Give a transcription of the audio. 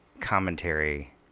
commentary